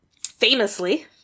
famously